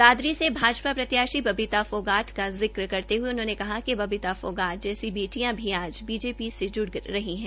दादरी से भाजपा प्रत्याशी बबिता फोगाट का जिक्र करते उन्होंने कहा कि बबिता फोगाट जैसी बेटियां भी आज बीजेपी से जुड़ा रही है